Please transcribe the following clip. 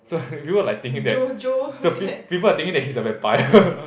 so people like thinking that so pe~ people are thinking that he's a vampire